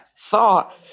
thought